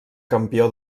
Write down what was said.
campió